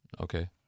Okay